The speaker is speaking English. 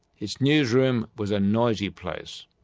its newsroom was a noisy place.